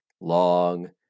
long